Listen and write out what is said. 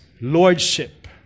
lordship